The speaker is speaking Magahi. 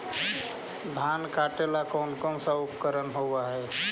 धान काटेला कौन कौन उपकरण होव हइ?